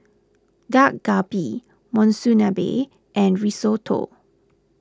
Dak Galbi Monsunabe and Risotto